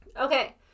Okay